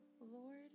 Lord